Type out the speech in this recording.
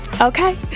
Okay